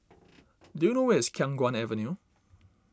do you know where is Khiang Guan Avenue